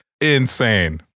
insane